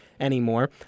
anymore